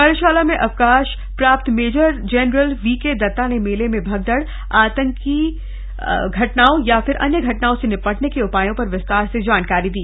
कार्यशाला में अवकाश प्राप्त मेजर जनरल वीके दत्ता ने मेले में भगदड़ आतंकवादी या अन्य घटनाओं से निपटने के उपायों पर विस्तार से जानकारी दी